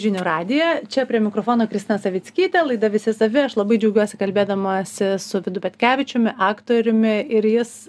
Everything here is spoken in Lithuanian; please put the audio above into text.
žinių radiją čia prie mikrofono kristina savickytė laida visi savi aš labai džiaugiuosi kalbėdamasi su vidu petkevičiumi aktoriumi ir jis